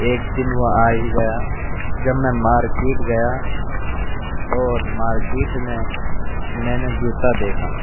ایک دن وہ آ ہی گیا جب میں مارکیٹ گیا اور مارکیٹ میں میں نے جوتا دیکھا